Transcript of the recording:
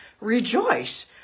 rejoice